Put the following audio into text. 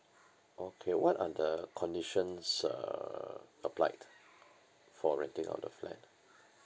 okay what are the conditions uh applied for renting out the flat